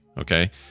okay